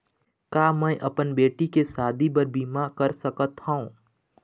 का मैं अपन बेटी के शादी बर बीमा कर सकत हव?